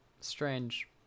strange